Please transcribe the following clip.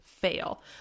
fail